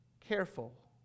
careful